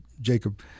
Jacob